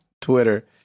Twitter